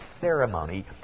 ceremony